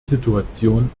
situation